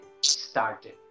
started